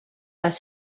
les